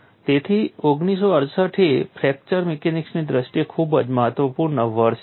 તેથી 1968 એ ફ્રેક્ચર મિકેનિક્સની દ્રષ્ટિએ ખૂબ જ મહત્વપૂર્ણ વર્ષ છે